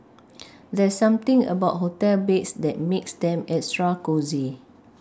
there's something about hotel beds that makes them extra cosy